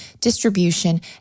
distribution